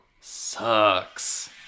sucks